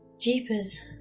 jeepers!